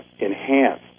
enhance